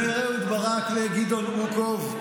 אומר אהוד ברק לגדעון אוקו: